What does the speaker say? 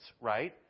right